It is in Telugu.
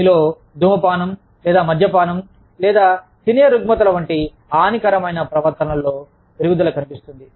మీలో ధూమపానం లేదా మద్యపానం లేదా తినే రుగ్మతలు వంటి హానికరమైన ప్రవర్తనలో పెరుగుదల కనిపిస్తుంది